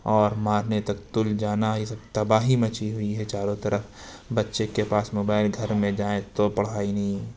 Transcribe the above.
اور مارنے تک تل جانا یہ سب تباہی مچی ہوئی ہے چاروں طرف بچے کے پاس موبائل گھر میں جائے تو پڑھائی نہیں ہے